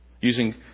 using